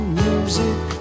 music